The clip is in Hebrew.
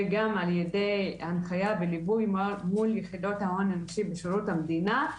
וגם על ידי הנחייה וליווי מול יחידות ההון האנושי בשירות המדינה.